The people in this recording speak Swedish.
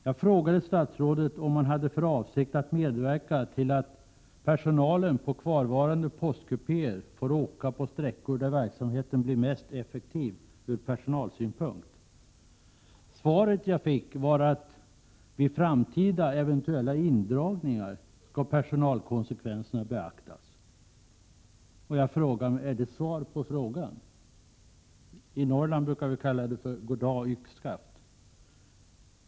Jag frågade statsrådet om han hade för avsikt att medverka till att personalen i kvarvarande postkupéer får åka på sträckor där verksamheten blir mest effektiv ur personalsynpunkt. Svaret jag fick var att Prot. 1987/88:108 vid framtida eventuella indragningar skall personalkonsekvenserna beaktas. 26 april 1988 Jag undrar: Är det svar på frågan? I Norrland brukar vi kalla det goddag yxskaft.